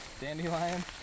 dandelion